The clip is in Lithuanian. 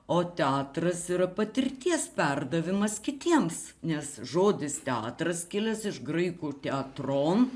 o teatras yra patirties perdavimas kitiems nes žodis teatras kilęs iš graikų teatro